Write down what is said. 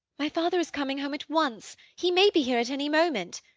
my father is coming home at once. he may be here at any moment.